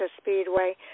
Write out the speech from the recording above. Speedway